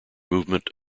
movement